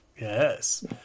Yes